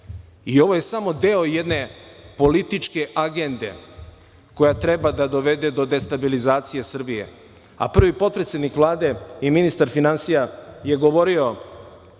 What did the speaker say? i ovo je samo deo jedne političke agende koja treba da dovede do destabilizacije Srbije. Prvi potpredsednik Vlade i ministar finansija je govorio